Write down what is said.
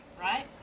right